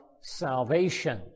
salvation